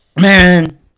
Man